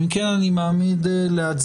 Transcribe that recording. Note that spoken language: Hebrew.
אם כן אני מעמיד להצבעה